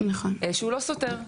שהוא לא סותר.